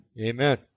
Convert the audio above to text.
Amen